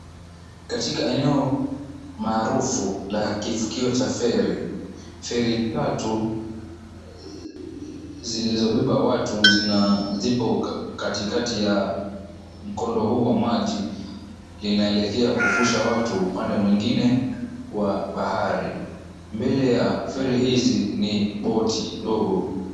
Katika maeneo maarufu la kivukuo cha feri, feri tatu zilizobeba watu ziko katikati ya nkondo huu wa maji linaelekea kuvusha watu upande mwengine wa bahari mbele ya feri hizi ni boti dogo.